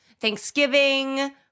Thanksgiving